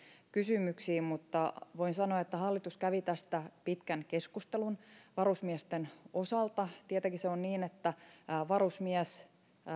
kysymyksiin mutta voin sanoa että hallitus kävi pitkän keskustelun varusmiesten osalta tietenkin se on niin että varusmies